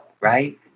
right